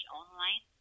online